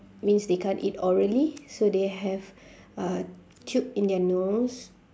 means they can't eat orally so they have a tube in their nose